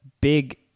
big